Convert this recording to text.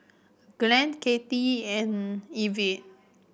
Glenn Kathie and Evette